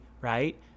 right